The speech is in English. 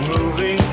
Moving